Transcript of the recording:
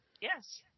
Yes